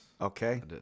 Okay